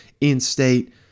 in-state